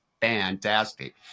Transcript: fantastic